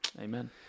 Amen